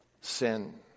sin